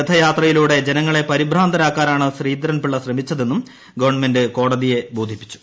രഥയാത്രയിലൂടെ ജനങ്ങളെ പരിഭ്രാന്തരാക്കാനാണ് ശ്രീധരൻ പിള്ള ശ്രമിക്കുന്നതെന്നും ഗവൺമെന്റ് കോടതിയെ ബോധിപ്പിച്ചു